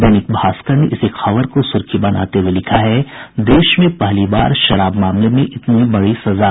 दैनिक भास्कर ने इसी खबर को सुर्खी बनाते हुये लिखा है देश में पहली बार शराब मामले में इतनी बड़ी सजा